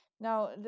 Now